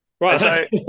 right